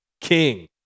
king